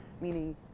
Meaning